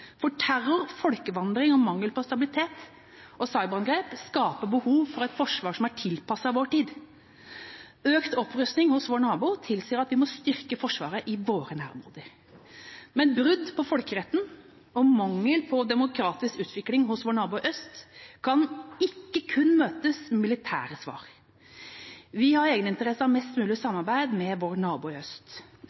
for terror, folkevandring, mangel på stabilitet og cyberangrep skaper behov for et forsvar som er tilpasset vår tid. Økt opprustning hos vår nabo tilsier at vi må styrke Forsvaret i våre nærområder. Men brudd på folkeretten og mangel på demokratisk utvikling hos vår nabo i øst kan ikke kun møtes med militære svar. Vi har egeninteresse av mest mulig samarbeid med vår nabo